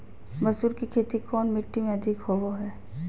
मसूर की खेती कौन मिट्टी में अधीक होबो हाय?